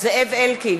זאב אלקין,